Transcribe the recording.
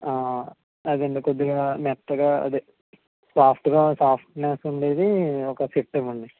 అదే అండి కొద్దిగా మెత్తగా అదే సాఫ్ట్గా సాఫ్ట్నెస్ ఉండేది ఒక సెట్ ఇవ్వండి